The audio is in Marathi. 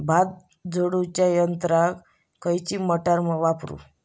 भात झोडूच्या यंत्राक खयली मोटार वापरू?